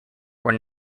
were